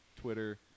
twitter